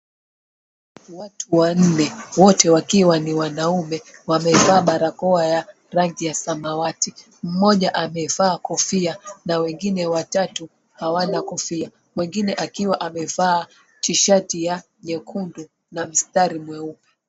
Watu wanne wote wakiwa ni wanaume wavaa barakoa ya rangi ya samawati. Mmoja amevaa kofia na wengine watatu hawana kofia. Mwingine akiwa amevaa tishati ya nyekundu na mstari mweupe.